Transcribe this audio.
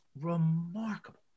remarkable